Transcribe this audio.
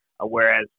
whereas